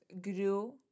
grew